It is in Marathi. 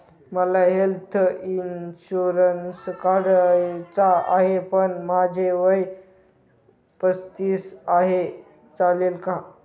मला हेल्थ इन्शुरन्स काढायचा आहे पण माझे वय पस्तीस आहे, चालेल का?